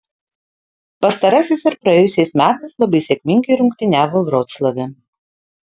pastarasis ir praėjusiais metais labai sėkmingai rungtyniavo vroclave